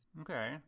Okay